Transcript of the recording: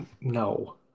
no